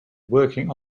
working